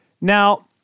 Now